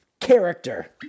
character